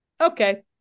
okay